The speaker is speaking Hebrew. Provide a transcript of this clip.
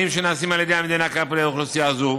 שנעשים על ידי המדינה כלפי אוכלוסייה זו".